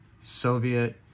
Soviet